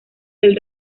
del